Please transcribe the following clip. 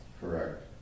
Correct